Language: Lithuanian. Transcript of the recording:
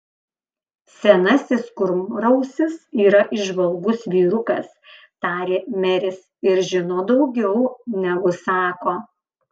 senasis kurmrausis yra įžvalgus vyrukas tarė meris ir žino daugiau negu sako